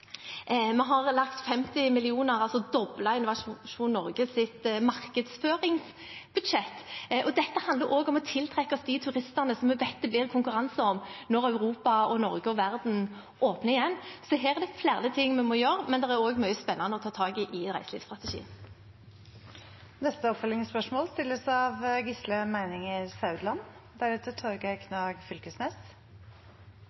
Vi har lagt inn 50 mill. kr og doblet Innovasjon Norges markedsføringsbudsjett. Dette handler også om å tiltrekke seg de turistene som vi vet det blir konkurranse om når Europa, Norge og verden åpner igjen. Her er det flere ting vi må gjøre, men det er også mye spennende å ta tak i i reiselivsstrategien. Gisle Meininger Saudland – til oppfølgingsspørsmål.